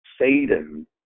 Satan